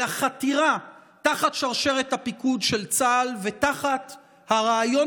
אלא חתירה תחת שרשרת הפיקוד של צה"ל ותחת הרעיון